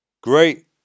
Great